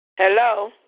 Hello